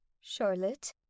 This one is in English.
Charlotte